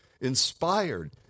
Inspired